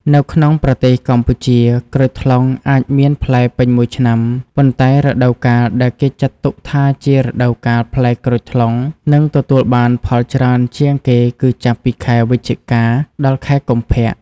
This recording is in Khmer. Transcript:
នៅក្នុងប្រទេសកម្ពុជា ក្រូចថ្លុងអាចមានផ្លែពេញមួយឆ្នាំ ប៉ុន្តែរដូវកាលដែលគេចាត់ទុកថាជារដូវកាលផ្លែក្រូចថ្លុង និងទទួលបានផលច្រើនជាងគេគឺចាប់ពីខែ វិច្ឆិកា ដល់ខែកុម្ភៈ។